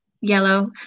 yellow